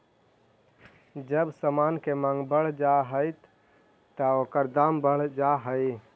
जब समान के मांग बढ़ जा हई त ओकर दाम बढ़ जा हई